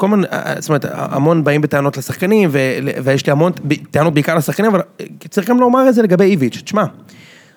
זאת אומרת המון באים בטענות לשחקנים ויש לי המון טענות בעיקר לשחקנים אבל צריכים לומר איזה לגבי איביץ', תשמע.